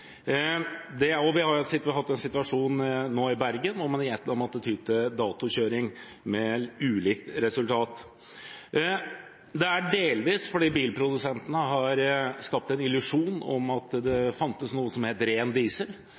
Vi har nå nylig hatt en situasjon i Bergen hvor man igjen har måttet ty til datokjøring, med ulikt resultat. Dette skyldes delvis at bilprodusentene har skapt en illusjon om at det finnes noe som heter «ren diesel»,